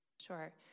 Sure